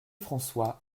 françois